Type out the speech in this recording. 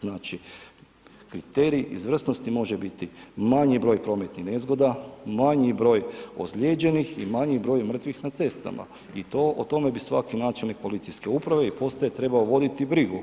Znači, kriterij izvrsnosti može biti manji broj prometnih nezgoda, manji broj ozlijeđenih i manji broj mrtvih na cestama i to o tome bi svaki načelnik policijske uprave i postaje trebao voditi brigu,